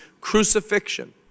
crucifixion